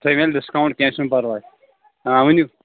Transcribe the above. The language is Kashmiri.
تھٲوٕنۍ ڈِسکاونٛٹ کیٚنٛہہ چھُنہٕ پرواے آ ؤنِو